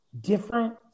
different